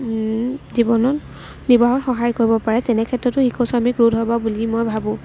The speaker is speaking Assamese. জীৱনত জীৱনত সহায় কৰিব পাৰে তেনেক্ষেত্ৰতো শিশু শ্ৰমিক ৰোধ হ'ব বুলি মই ভাবোঁ